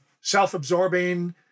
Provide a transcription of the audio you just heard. self-absorbing